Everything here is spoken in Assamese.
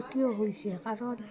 ক্ষতিও হৈছে কাৰণ